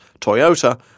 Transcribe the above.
Toyota